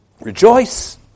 Rejoice